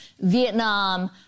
Vietnam